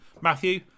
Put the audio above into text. Matthew